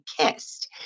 kissed